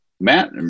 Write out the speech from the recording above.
Matt